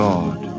God